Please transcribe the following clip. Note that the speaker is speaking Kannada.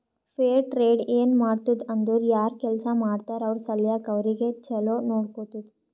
ಫೇರ್ ಟ್ರೇಡ್ ಏನ್ ಮಾಡ್ತುದ್ ಅಂದುರ್ ಯಾರ್ ಕೆಲ್ಸಾ ಮಾಡ್ತಾರ ಅವ್ರ ಸಲ್ಯಾಕ್ ಅವ್ರಿಗ ಛಲೋ ನೊಡ್ಕೊತ್ತುದ್